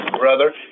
brother